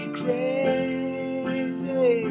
crazy